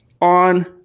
on